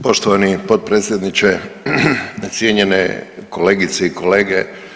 Poštovani potpredsjedniče, cijenjene kolegice i kolege.